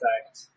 effect